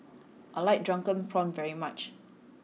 I like Drunken Prawns very much